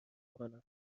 کنم